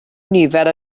nifer